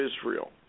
Israel